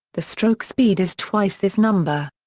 the stroke speed is twice this number.